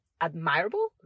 admirable